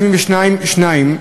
סעיף 172(2)